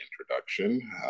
introduction